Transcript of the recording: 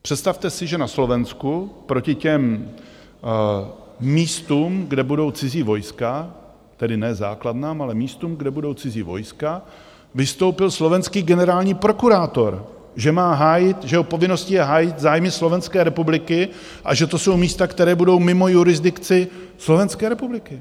Představte si, že na Slovensku proti těm místům, kde budou cizí vojska tedy ne základnám, ale místům, kde budou cizí vojska vystoupil slovenský generální prokurátor, že jeho povinností je hájit zájmy Slovenské republiky a že to jsou místa, která budou mimo jurisdikci Slovenské republiky.